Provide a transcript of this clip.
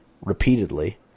repeatedly